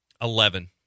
Eleven